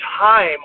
time